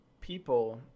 people